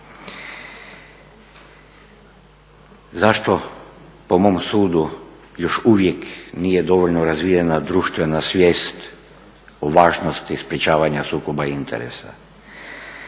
Zašto po mom sudu još uvijek nije dovoljno razvijena društvena svijest o važnosti sprječavanja sukoba interesa.